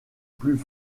plus